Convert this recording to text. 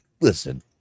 listen